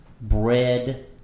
Bread